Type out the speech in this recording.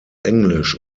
englisch